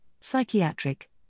psychiatric